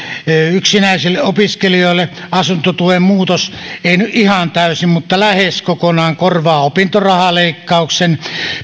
yksinäisille opiskelijoille asuntotuen muutos ei nyt ihan täysin mutta lähes kokonaan korvaa opintorahaleikkauksen